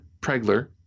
Pregler